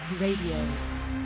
Radio